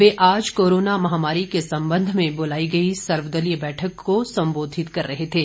वे आज कोरोना महामारी के संबंध में बुलाई गई सर्वदलीय बैठक को संबोधित कर रहे थे